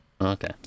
Okay